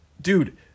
Dude